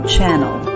Channel